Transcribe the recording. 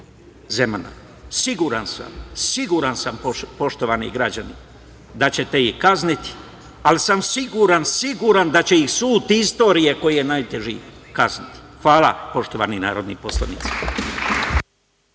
Zemana. Siguran sam, poštovani građani, da ćete ih kazniti, ali sam siguran da će ih sud istorije, koji je najteži, kazniti. Hvala, poštovani narodni poslanici.